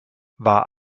war